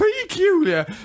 peculiar